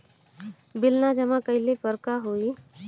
Bill न जमा कइले पर का होई?